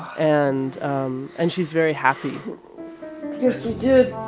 and um and she's very happy yes, we did.